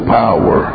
power